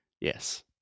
Yes